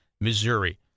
Missouri